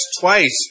twice